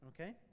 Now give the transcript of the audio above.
Okay